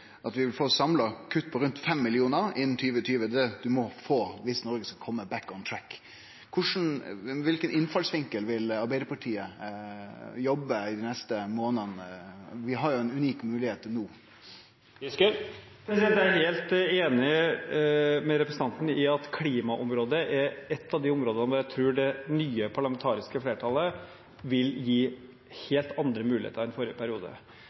at vi vil få eit samla kutt på rundt 5 millionar innan 2020, det er det vi må få viss Noreg skal kome «back on track». Kva innfallsvinkel vil Arbeidarpartiet jobbe etter dei neste månadene? Vi har jo ein unik moglegheit no. Jeg er helt enig med representanten i at klimaområdet er et av de områdene hvor jeg tror det nye parlamentariske flertallet vil gi helt andre muligheter enn i forrige periode.